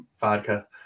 vodka